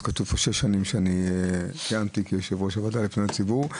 אז כתוב פה שאני כיהנתי שש שנים כיושב-ראש הוועדה לפניות הציבור,